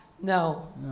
no